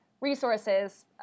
resources